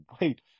wait